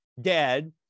dead